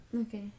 Okay